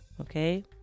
Okay